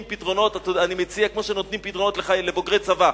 אני מציע שכמו שנותנים פתרונות לבוגרי צבא,